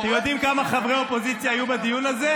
אתם יודעים כמה חברי אופוזיציה היו בדיון הזה?